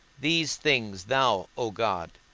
these things thou, o god,